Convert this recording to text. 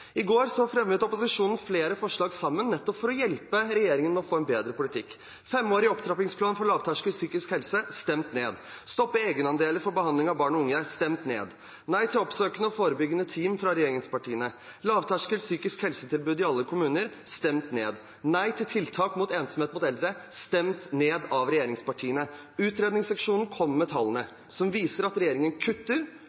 I går fremmet opposisjonen flere forslag sammen, nettopp for å hjelpe regjeringen med å få en bedre politikk: Femårig opptrappingsplan for lavterskel psykisk helse – stemt ned. Stoppe egenandeler for behandling av barn og unge – stemt ned. Nei til oppsøkende og forebyggende team – fra regjeringspartiene. Lavterskel psykisk helsetilbud i alle kommuner – stemt ned. Nei til tiltak mot ensomhet hos eldre – stemt ned av regjeringspartiene. Utredningsseksjonen kom med tallene